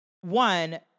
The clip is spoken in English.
one